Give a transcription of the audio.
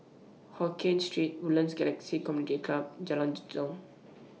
Hokien Street Woodlands Galaxy Community Club and Jalan Jitong